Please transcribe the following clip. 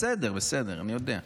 בסדר, בסדר, אני יודע.